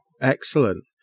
excellent